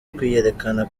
kwiyerekana